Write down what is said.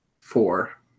Four